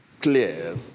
clear